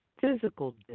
physical